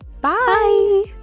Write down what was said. Bye